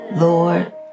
Lord